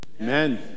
Amen